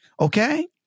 Okay